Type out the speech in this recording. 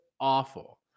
awful